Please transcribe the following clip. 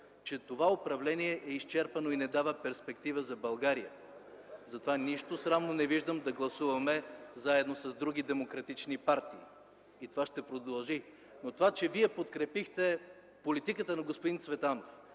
че това управление е изчерпано и не дава перспектива за България. Затова не виждам нищо срамно да гласуваме заедно с други демократични партии. И това ще продължи. Но това, че вие подкрепихте политиката на господин Цветанов,